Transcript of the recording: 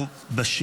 לא, רגע, רגע.